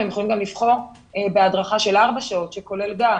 והם יכולים גם לבחור בהדרכה של ארבע שעות שכוללת גם